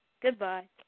Goodbye